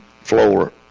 floor